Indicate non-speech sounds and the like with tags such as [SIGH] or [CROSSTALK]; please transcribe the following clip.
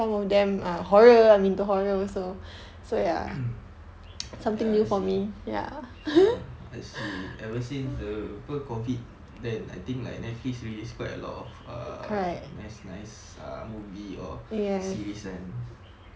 [COUGHS] ah I see uh I see ever since uh apa after COVID then I think like netflix release quite a lot of err nice nice err movie or series and